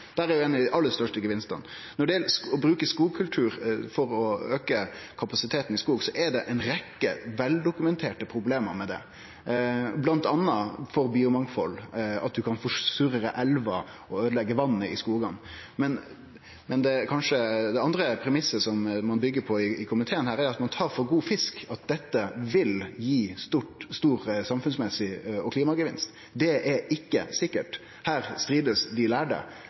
dei aller største gevinstane. Når det gjeld å bruke skogkultur for å auke kapasiteten i skog, er det ei rekkje veldokumenterte problem med det, bl.a. for biomangfaldet, t.d. at ein kan få surare elvar og øydeleggje vatnet i skogane. Men den andre premissen som ein byggjer på i komiteen, er at ein tar for god fisk at dette vil gi stor samfunns- og klimamessig gevinst. Det er ikkje sikkert. Her stridest dei lærde.